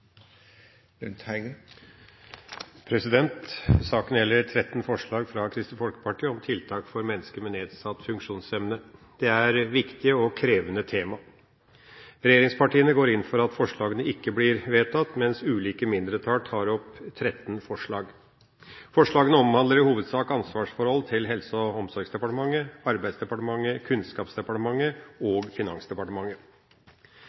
vedtatt. Saken gjelder 13 forslag fra Kristelig Folkeparti om tiltak for mennesker med nedsatt funksjonsevne. Dette er viktige og krevende temaer. Regjeringspartiene går inn for at forslagene ikke blir vedtatt, mens ulike mindretall tar opp 13 forslag. Forslagene omhandler i hovedsak ansvarsforhold i Helse- og omsorgsdepartementet, Arbeidsdepartementet, Kunnskapsdepartementet